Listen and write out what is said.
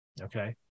okay